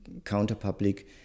counterpublic